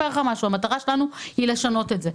המטרה שלנו היא לשנות את זה.